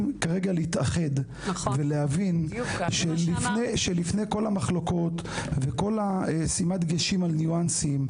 כרגע להתאחד ולהבין שלפני כל המחלוקות ושימת דגשים על ניואנסים,